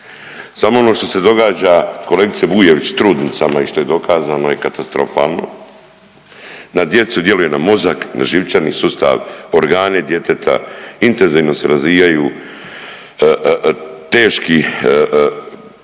Samo ono što se događa, kolegice Bujević, trudnicama i što je dokazano je katastrofalno, na djecu djeluje na mozak, na živčani sustav, organi djeteta, intenzivno se razvijaju teški,